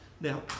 Now